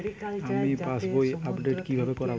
আমি পাসবই আপডেট কিভাবে করাব?